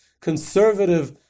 conservative